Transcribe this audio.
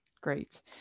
Great